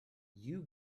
you